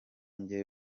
njye